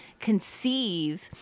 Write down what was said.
conceive